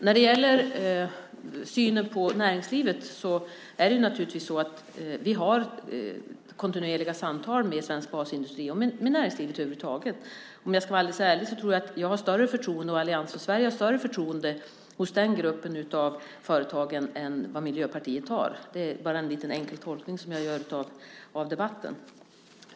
När det gäller synen på näringslivet har vi kontinuerliga samtal med svensk basindustri och över huvud taget med näringslivet. Allians för Sverige och jag har större förtroende hos den gruppen av företag än vad Miljöpartiet har. Det är en enkel tolkning jag gör av debatten.